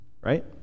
right